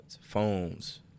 phones